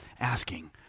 asking